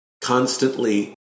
constantly